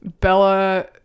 Bella